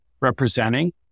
representing